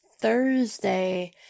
Thursday